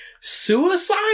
suicide